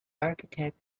architect